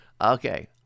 Okay